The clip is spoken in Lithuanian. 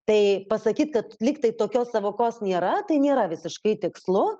tai pasakyt kad lyg tai tokios sąvokos nėra tai nėra visiškai tikslu